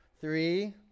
three